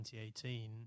2018